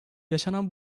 yaşanan